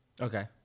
Okay